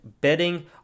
betting